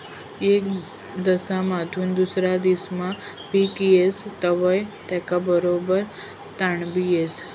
येक देसमाधून दुसरा देसमा पिक येस तवंय त्याना बरोबर तणबी येस